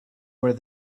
where